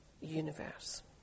universe